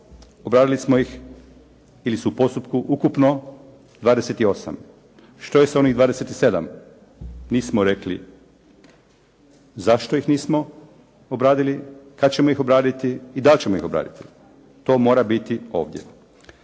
Obradili smo ih ili su u postupku ukupno 28. Što je s onih 27? Nismo rekli zašto ih nismo obradili, kad ćemo ih obraditi i da li ćemo ih obraditi? To mora biti ovdje.